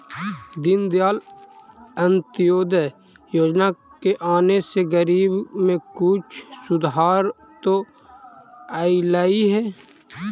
दीनदयाल अंत्योदय योजना के आने से गरीबी में कुछ सुधार तो अईलई हे